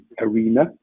arena